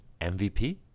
MVP